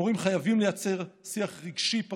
המורים חייבים לייצר שיח רגשי עם התלמידים,